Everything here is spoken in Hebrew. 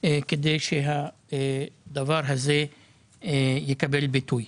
כדי שהדבר הזה יקבל ביטוי.